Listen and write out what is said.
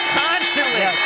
constantly